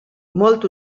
molt